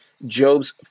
Job's